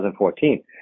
2014